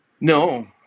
no